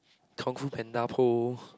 Kungfu-Panda Po